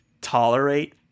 tolerate